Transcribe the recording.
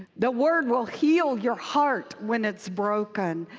the word will heal your heart when it's broken.